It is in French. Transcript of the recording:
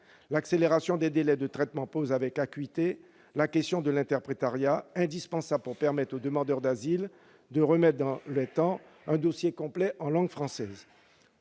l'accélération des délais de traitement pose avec acuité la question de l'interprétariat, indispensable pour permettre aux demandeurs d'asile de remettre à temps un dossier complet en langue française.